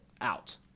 out